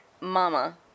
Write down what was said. Mama